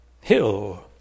hill